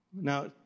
Now